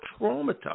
traumatized